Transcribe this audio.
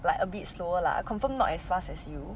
like a bit slower lah confirm not as fast as you